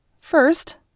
First